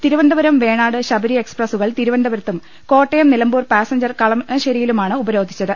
തിരുവനന്തപുരം വേണാട് ശബരി എക്സ്പ്രസുകൾ തിരുവനന്തപുരത്തും Kottayam Nilambur passenger കളമശ്ശേരിയിലുമാണ് ഉപരോധിച്ചത്